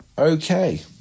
Okay